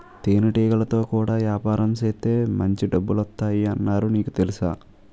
తేనెటీగలతో కూడా యాపారం సేత్తే మాంచి డబ్బులొత్తాయ్ అన్నారు నీకు తెలుసా?